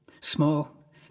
Small